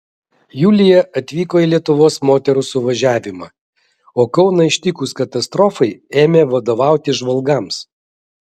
julija atvyko į lietuvos moterų suvažiavimą o kauną ištikus katastrofai ėmė vadovauti žvalgams